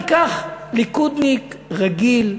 ניקח ליכודניק רגיל,